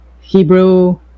hebrew